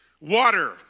Water